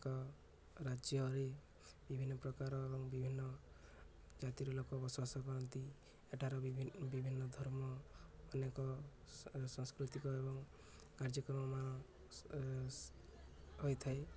ଏକ ରାଜ୍ୟରେ ବିଭିନ୍ନ ପ୍ରକାର ଏବଂ ବିଭିନ୍ନ ଜାତିର ଲୋକ ବସବାସ କରନ୍ତି ଏଠାରେ ବିଭିନ୍ନ ଧର୍ମ ଅନେକ ସାସ୍କୃତିକ ଏବଂ କାର୍ଯ୍ୟକ୍ରମ ହୋଇଥାଏ